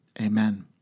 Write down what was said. Amen